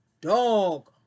dog